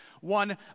one